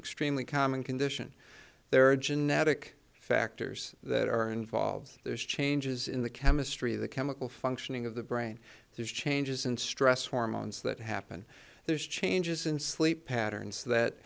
extremely common condition there are genetic factors that are involved there's changes in the chemistry the chemical functioning of the brain there's changes in stress hormones that happen there's changes in sleep patterns that